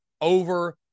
over